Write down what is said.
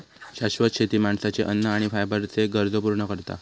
शाश्वत शेती माणसाची अन्न आणि फायबरच्ये गरजो पूर्ण करता